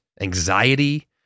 anxiety